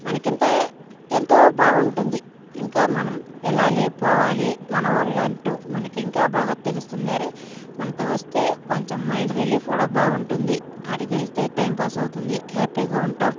మనకింత ఎంతో బావుంటుంది ఇంకా మనం వెళ్ళాలి పోవాలి మనవొళ్ళంటు మనకి ఇంకా బాగా తెలుస్తుంది అరే మనతో వస్తే కొంచం మైండ్ రిలీఫ్ కూడా బాగుంటుంది ఆడికెళ్తే టైం పాస్ అవుతుంది హ్యాపీగా ఉంటాం